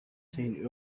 seen